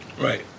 Right